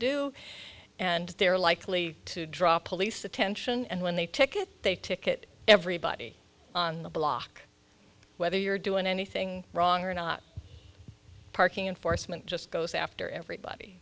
do and they're likely to draw police attention and when they ticket they ticket everybody on the block whether you're doing anything wrong or not parking enforcement just goes after everybody